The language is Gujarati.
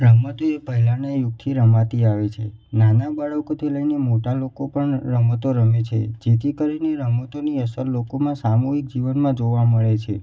રમત એ પહેલાંના યુગથી રમાતી આવે છે નાના બાળકોથી લઇને મોટા લોકો પણ રમતો રમે છે જેથી કરીને રમતોની અસર લોકોમાં સામૂહિક જીવનમાં જોવા મળે છે